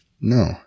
No